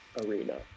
arena